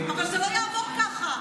אבל זה לא יעבור ככה,